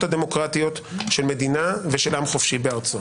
הדמוקרטיות של מדינה ושל עם חופשי בארצו.